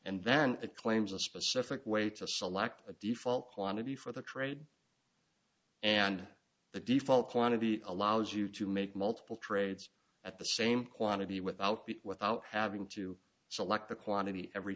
and then the claims a specific way to select a default quantity for the trade and the default quantity allows you to make multiple trades at the same quantity without b without having to select the quantity every